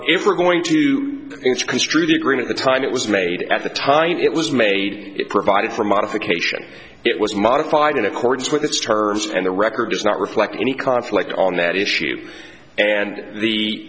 if we're going to construe the agreement the time it was made at the time it was made it provided for modification it was modified in accordance with its terms and the record does not reflect any conflict on that issue and the